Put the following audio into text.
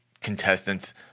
contestants